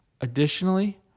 Additionally